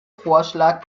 vorschlag